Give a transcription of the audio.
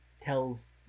tells